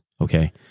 okay